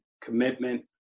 commitment